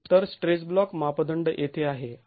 तर stress block मापदंड येथे आहे